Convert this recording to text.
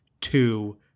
two